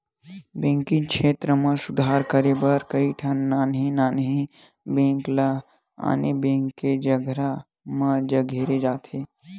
banking छेत्र म सुधार करे बर कइठन नान्हे नान्हे बेंक ल आने बेंक के संघरा म संघेरे जाथे